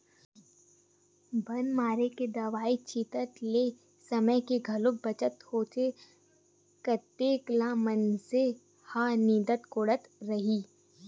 बन मारे के दवई छिते ले समे के घलोक बचत होथे कतेक ल मनसे ह निंदत कोड़त रइही